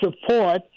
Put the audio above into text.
support